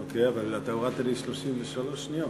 אוקיי, אבל אתה הורדת לי 33 שניות.